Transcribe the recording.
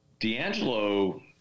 D'Angelo